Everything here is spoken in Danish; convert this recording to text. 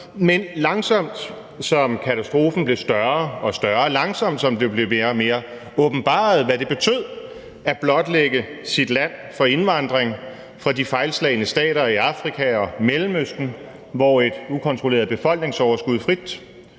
Men langsomt – som katastrofen blev større og større, langsomt som det blev mere og mere åbenbart, hvad det betød at blotlægge sit land for indvandring fra de fejlslagne stater i Afrika og Mellemøsten, hvor et ukontrolleret befolkningsoverskud frit